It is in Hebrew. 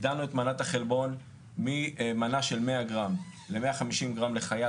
הגדרנו את מנת החלבון ממנה של 100 גרם ל-150 גרם לחייל,